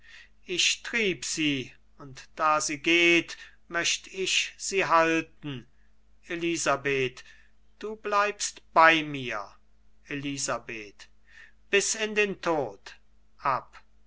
ich trieb sie und da sie geht möcht ich sie halten elisabeth du bleibst bei mir elisabeth bis in den tod